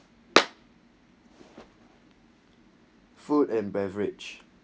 food and beverage